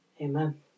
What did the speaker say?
Amen